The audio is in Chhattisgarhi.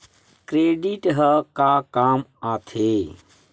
क्रेडिट ह का काम आथे?